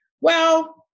Well-